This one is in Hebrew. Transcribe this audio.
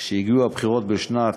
כשהגיעו הבחירות בשנת,